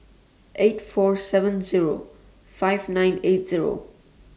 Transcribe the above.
eight four seven Zero five nine eight Zero